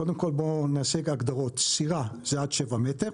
קודם כל, בואו נעשה הגדרות: סירה זה עד שבעה מטר,